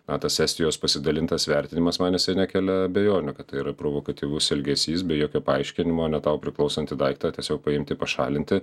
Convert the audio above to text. na tas estijos pasidalintas vertinimas man jisai nekelia abejonių kad tai yra provokatyvus elgesys be jokio paaiškinimo ne tau priklausantį daiktą tiesiog paimti pašalinti